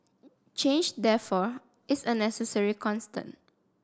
change therefore is a necessary constant